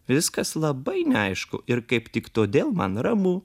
viskas labai neaišku ir kaip tik todėl man ramu